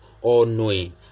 all-knowing